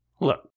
Look